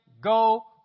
go